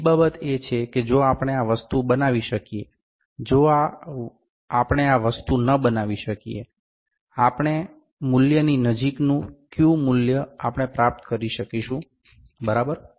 બીજી બાબત એ છે કે જો આપણે આ વસ્તુ બનાવી શકીએ જો આપણે આ વસ્તુ ન બનાવી શકીએ આપેલ મૂલ્યની નજીકનું કયુ મૂલ્ય આપણે પ્રાપ્ત કરી શકીશું બરાબર